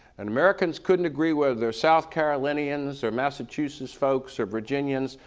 and americans couldn't agree whether they're south carolinians or massachusetts folks, or virginians,